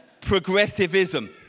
progressivism